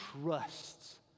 trusts